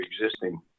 existing